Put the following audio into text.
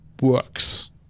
works